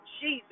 Jesus